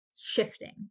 shifting